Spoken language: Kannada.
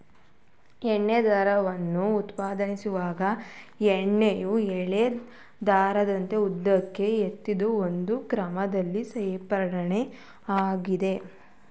ಉಣ್ಣೆ ದಾರವನ್ನು ಉತ್ಪಾದಿಸುವಾಗ ಉಣ್ಣೆಯ ಎಳೆ ದಾರದ ಉದ್ದಕ್ಕೂ ಗೊತ್ತಾದ ಒಂದು ಕ್ರಮವಿಲ್ಲದೇ ಸೇರ್ಪಡೆ ಆಗ್ತದೆ